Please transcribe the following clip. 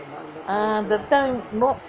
ah that time no